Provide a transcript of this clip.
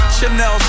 Chanel